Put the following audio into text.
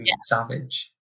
savage